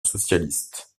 socialiste